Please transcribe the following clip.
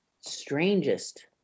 Strangest